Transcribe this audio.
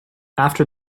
after